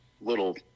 little